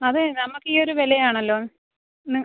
അത് നമ്മൾക്ക് ഈ ഒരു വിലയാണല്ലോ എന്ന്